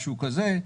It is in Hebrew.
משהו כזה.